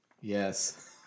Yes